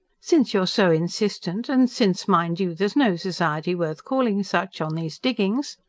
since you're so insistent. and since, mind you, there's no society worth calling such, on these diggings.